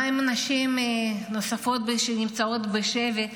מה עם נשים נוספות שנמצאות בשבי,